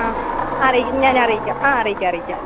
ആ അറിയിക്കാം ഞാനറിയിക്കാം ആ അറിയിക്കാം അറിയിക്കാം